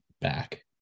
back